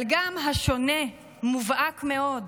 אבל גם השונה מובהק מאוד: